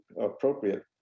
appropriate